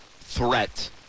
threat